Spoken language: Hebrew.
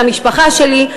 למשפחה שלי,